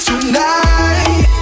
Tonight